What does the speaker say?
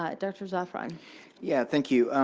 ah dr. zaafran yeah, thank you.